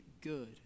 good